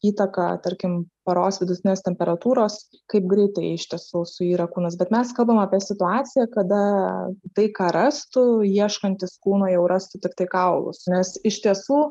įtaką tarkim paros vidutinės temperatūros kaip greitai iš tiesų suyra kūnas bet mes kalbam apie situaciją kada tai ką rastų ieškantis kūno jau rastų tiktai kaulus nes iš tiesų